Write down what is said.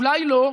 אולי לא?